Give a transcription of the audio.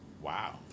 Wow